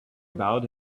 about